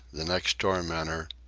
the next tormentor,